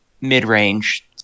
mid-range